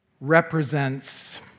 represents